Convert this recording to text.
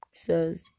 says